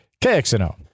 KXNO